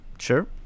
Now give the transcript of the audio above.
sure